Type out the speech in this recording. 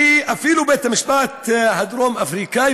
ואפילו בית-המשפט הדרום-אפריקני,